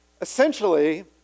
essentially